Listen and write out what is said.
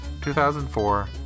2004